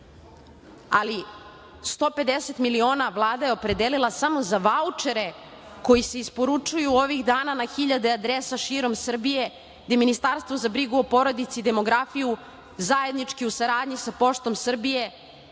150 miliona Vlada je opredelila samo za vaučere koji se isporučuju ovih dana na hiljade adresa širom Srbije gde Ministarstvo za brigu o porodici i demografiju, zajednički u saradnji sa Poštom Srbije